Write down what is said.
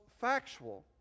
factual